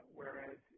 whereas